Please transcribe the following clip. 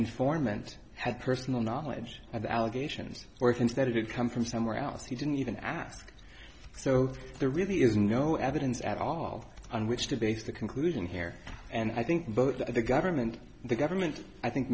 informant had personal knowledge of the allegations or things that he did come from somewhere else he didn't even ask so there really is no evidence at all on which to base the conclusion here and i think both the government the government i think